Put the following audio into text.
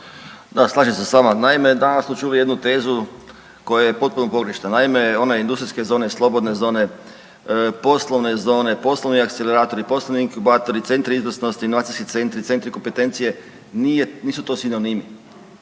Da, slažem se s vama. Naime, danas smo čuli jednu tezu koja je potpuno pogrešna. Naime, one industrijske zone, slobodne zone, poslovne zone, poslovni akceleratori, poslovni inkubatori, centri izvrsnosti, inovacijski centri, centri kompetencije, nisu to sinonimi.